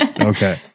Okay